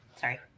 Sorry